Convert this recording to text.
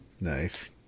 Nice